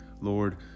Lord